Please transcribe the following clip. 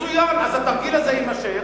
מצוין, אז התרגיל הזה יימשך.